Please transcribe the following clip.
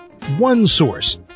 OneSource